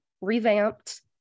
revamped